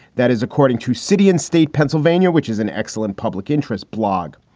that is according to city and state pennsylvania, which is an excellent public interest blog.